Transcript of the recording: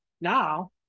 now